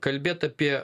kalbėt apie